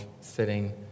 sitting